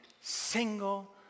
single